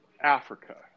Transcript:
Africa